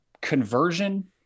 conversion